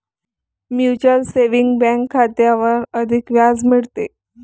mutual saving bank खात्यावर अधिक व्याज मिळते